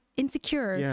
insecure